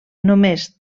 només